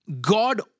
God